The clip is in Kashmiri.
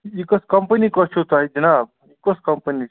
یہِ کۄس کمپٔنی کۄس چھَو تۄہہِ جِناب یہِ کۄس کمپٔنی چھِ